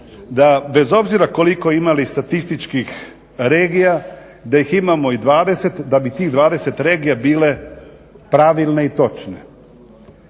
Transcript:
da bez obzira koliko imali statističkih regija da ih imamo i 20 da bi tih 20 regija bile pravilne i točne.